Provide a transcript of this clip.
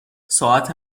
ساعت